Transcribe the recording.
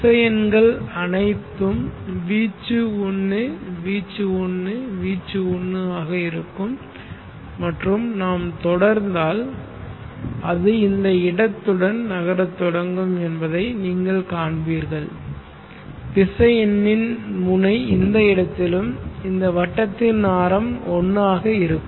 திசையன்கள் அனைத்தும் வீச்சு 1 வீச்சு 1 வீச்சு 1 ஆக இருக்கும் மற்றும் நாம் தொடர்ந்தால் அது இந்த இடத்துடன் நகரத் தொடங்கும் என்பதை நீங்கள் காண்பீர்கள் திசை எண்ணின் முனை இந்த இடத்திலும் இந்த வட்டத்தின் ஆரம் 1 ஆக இருக்கும்